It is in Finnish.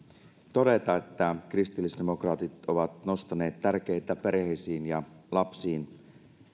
todeta että kristillisdemokraatit ovat nostaneet esille tärkeitä perheisiin ja lapsiin